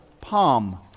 Palm